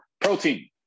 Protein